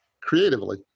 creatively